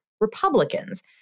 Republicans